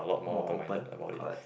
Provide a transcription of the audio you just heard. more open correct